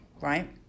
right